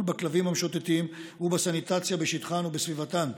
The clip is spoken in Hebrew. בכלבים המשוטטים ובסניטציה בשטחן ובסביבתן.